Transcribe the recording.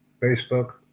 Facebook